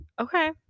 Okay